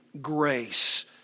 grace